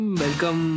welcome